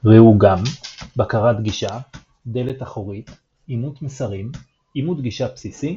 ראו גם בקרת גישה דלת אחורית אימות מסרים אימות גישה בסיסי